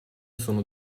sono